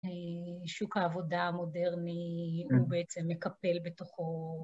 שוק העבודה המודרני, הוא בעצם מקפל בתוכו.